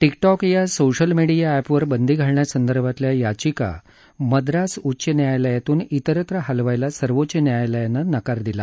TikTok या social media एपवर बंदी घालण्यासंदर्भातल्या याचिका मद्रास उच्च न्यायालयातून इतरत्र हलवायला सर्वोच्च न्यायालयानं नकार दिला